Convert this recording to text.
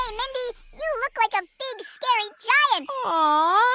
um mindy, you look like a big, scary giant aww.